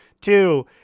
Two